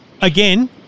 again